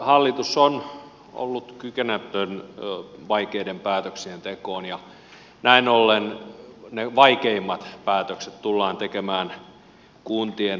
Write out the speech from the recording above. hallitus on ollut kykenemätön vaikeiden päätöksien tekoon ja näin ollen ne vaikeimmat päätökset tullaan tekemään kuntien valtuustoissa